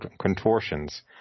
contortions